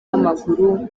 w’amaguru